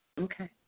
Okay